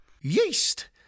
Yeast